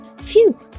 Phew